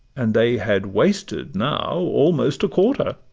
and they had wasted now almost a quarter.